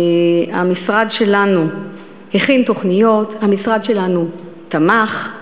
המשרד שלנו הכין תוכניות, המשרד שלנו תמך,